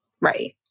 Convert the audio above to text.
Right